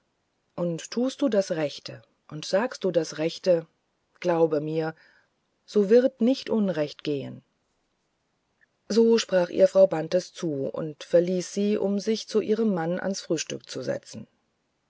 und tust du das rechte und sagst du das rechte glaube mir so wird nicht unrecht gehen so sprach ihr frau bantes zu und verließ sie um sich zu ihrem manne ans frühstück zu setzen